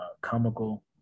comical